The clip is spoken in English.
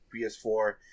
PS4